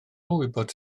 wybod